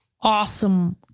awesome